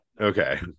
Okay